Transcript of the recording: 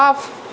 off